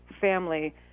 family